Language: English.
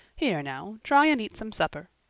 here now, try and eat some supper.